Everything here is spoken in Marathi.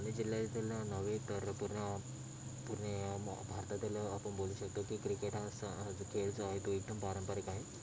ठाणे जिल्ह्यातील नव्हे तर पूर्ण पुणे भारतातील आपण बोलू शकतो की क्रिकेट हा असा खेळ जो आहे तो एकदम पारंपरिक आहे